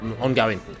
ongoing